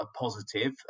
positive